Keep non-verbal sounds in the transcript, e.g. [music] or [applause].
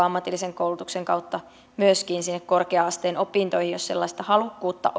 [unintelligible] ammatillisen koulutuksen kautta myöskin korkea asteen opintoihin jos sellaista halukkuutta [unintelligible]